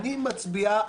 אני מצביעה,